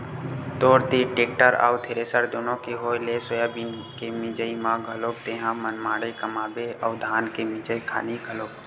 तोर तीर टेक्टर अउ थेरेसर दुनो के होय ले सोयाबीन के मिंजई म घलोक तेंहा मनमाड़े कमाबे अउ धान के मिंजई खानी घलोक